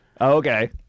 Okay